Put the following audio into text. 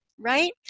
right